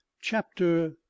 chapter